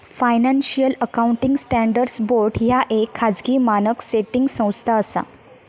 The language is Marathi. फायनान्शियल अकाउंटिंग स्टँडर्ड्स बोर्ड ह्या येक खाजगी मानक सेटिंग संस्था असा